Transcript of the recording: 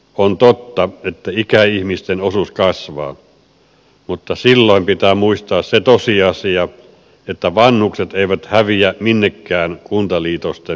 on totta että ikäihmisten osuus kasvaa mutta silloin pitää muistaa se tosiasia että vanhukset eivät häviä minnekään kuntaliitosten myötä